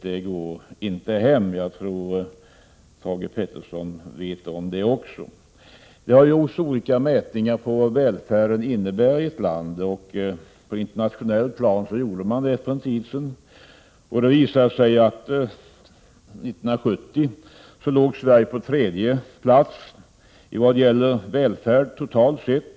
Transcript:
Jag tror att också Thage G Peterson inser det. Det har gjorts olika mätningar på vad välfärden innebär i ett land. För ett antal år sedan gjordes en sådan mätning för olika länder. Det visade sig att Sverige år 1970 låg på tredje plats i fråga om välfärd totalt sett.